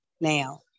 now